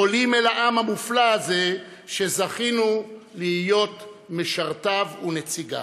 עולים אל העם המופלא הזה שזכינו להיות משרתיו ונציגיו.